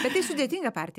bet tai sudėtinga parti